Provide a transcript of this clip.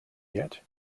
yet